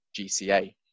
GCA